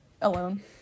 Alone